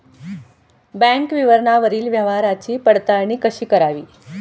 Bank विवरणावरील व्यवहाराची पडताळणी कशी करावी?